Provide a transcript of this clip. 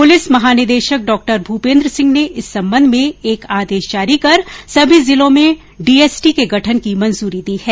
police महानिदेशक डॉ भूपेन्द्र सिंह ने इस संबंध में एक आदेश जारी कर सभी जिलों में डी एस टी के गठन की मंजूरी दी है